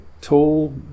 tall